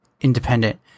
independent